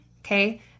okay